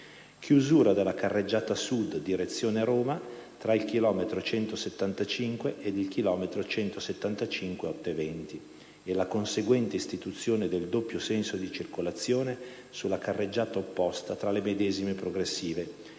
chiusura della carreggiata sud (direzione Roma) tra il chilometro 175+750 ed il chilometro 175+820 e la conseguente istituzione del doppio senso di circolazione sulla carreggiata opposta tra le medesime progressive.